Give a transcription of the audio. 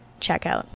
checkout